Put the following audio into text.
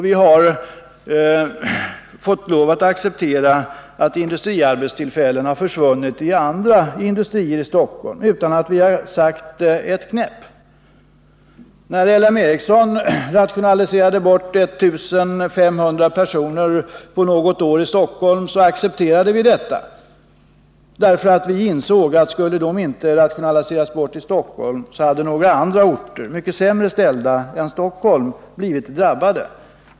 Vi har fått lov att acceptera att industriarbetstillfällen har försvunnit i andra industrier i Stockholm utan att vi sagt ett knäpp. När L M Ericsson rationaliserade bort 1 500 personer på något år i Stockholm accepterade vi detta, därför att vi ansåg att skulle dessa inte ha rationaliserats bort i Stockholm, så hade några andra orter — mycket sämre ställda än Stockholm — blivit drabbade.